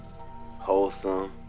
wholesome